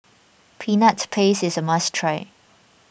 Peanut Paste is a must try